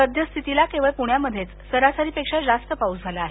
सद्य स्थितीला केवळ पुण्यामध्येच सरासरीपेक्षा जास्त पाऊस झाला आहे